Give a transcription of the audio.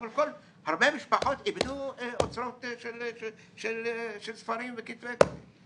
אבל הרבה משפחות איבדו אוצרות של ספרים וכתבי יד.